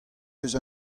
eus